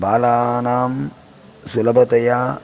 बालानां सुलभतया